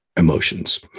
emotions